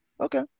Okay